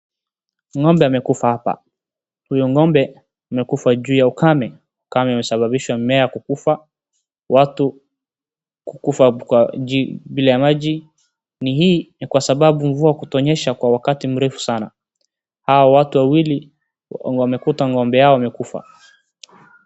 Ng'ombe amekufa hapa, huyo ng'ombe amekufa juu ya ukame, ukame umesababisha mimea kukufa, watu kukufa bila ya maji, ni hii kwasababu ya mvua kutonyesha kwa wakati mrefu sana. Hawa watu wawili wamekuta ng'ombe yao imekufa.